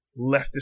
leftist